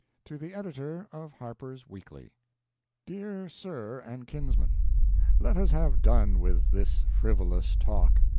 to the editor of harper's weekly dear sir and kinsman let us have done with this frivolous talk.